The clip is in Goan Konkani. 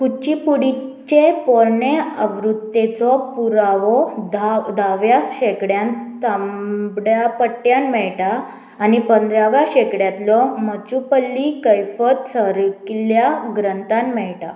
कुचिपुडीचे पोरणें आवृत्तेचो पुरावो धा धाव्या शेंकड्यान तांबड्या पट्ट्यान मेळटा आनी पंद्राव्या शेंकड्यांतलो मचुपल्ली कैफत सारकिल्ल्या ग्रंथांत मेळटा